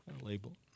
label